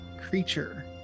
creature